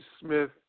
Smith